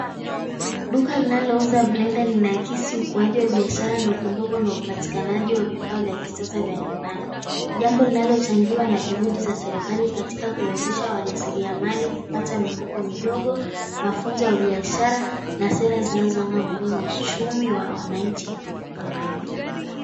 Duka linalozuza blender linaakisi ukuaji wa biashara ndogo ndogo na upatikanaji wa vifaa vya kisasa vya nyumbani. Jambo linalochangiwa na juhudi za serikali katika kuwezesha wajasiliamali kupata mikopo midogo, mafunzo ya biashara na sera zinazounga uchumi wa wananchi wa kawaida.